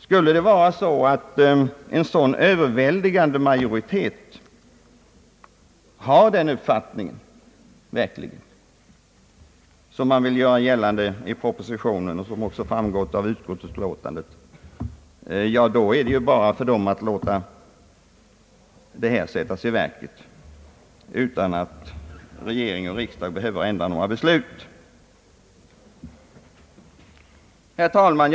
Skulle en sådan överväldigande majoritet verkligen ha den uppfattningen, som man vill göra gällande i propositionen och som även framgår av utskottsutlåtandet, då är det bara för denna majoritet att sätta beslutet i verket utan att regering eller riksdag behöver vidta någon åtgärd. Herr talman!